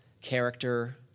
character